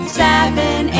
seven